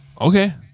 Okay